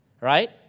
right